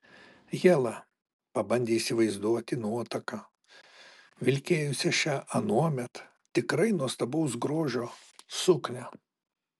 hela pabandė įsivaizduoti nuotaką vilkėjusią šią anuomet tikrai nuostabaus grožio suknią